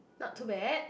not too bad